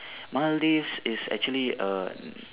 Maldives is actually a